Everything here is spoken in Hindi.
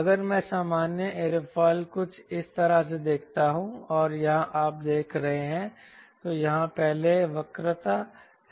अगर मैं सामान्य एयरोफिल कुछ इस तरह से देखता हूं और यहां आप देख रहे हैं तो यहां पहले वक्रता है